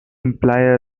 imply